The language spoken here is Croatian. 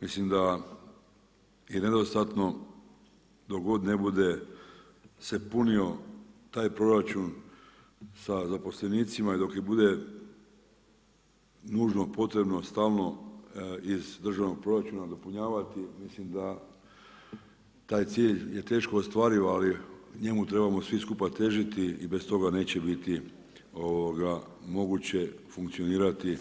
Mislim da je nedostatno dok god ne bude se punio taj proračun sa zaposlenicima i dok bude nužno potrebno stalno iz državnog proračuna dopunjavati, mislim da je taj cilj teško ostvariv, ali njemu trebamo svi skupa težiti i bez toga neće biti moguće funkcionirati